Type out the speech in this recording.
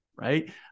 right